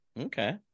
Okay